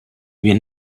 wir